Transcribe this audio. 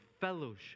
fellowship